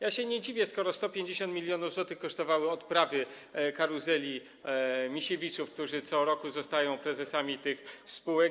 Ja się nie dziwię, skoro 150 mln zł kosztowały odprawy karuzeli Misiewiczów, którzy co roku zostają prezesami tych spółek.